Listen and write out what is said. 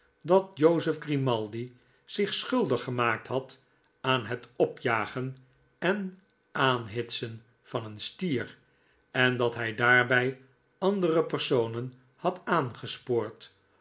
dat jozef grimaldi zich schuldig gemaakt had aan het opjagen en aanhitsen van een stier en dat hij daarbij andere personen had aangespoord